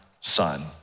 son